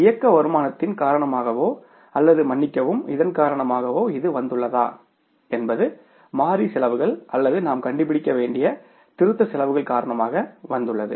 இயக்க வருமானத்தின் காரணமாகவோ அல்லது மன்னிக்கவும் இதன் காரணமாகவோ இது வந்துள்ளதா என்பது மாறி செலவுகள் அல்லது நாம் கண்டுபிடிக்க வேண்டிய திருத்த செலவுகள் காரணமாக வந்துள்ளது